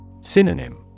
Synonym